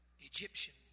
Egyptian